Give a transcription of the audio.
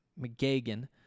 McGagan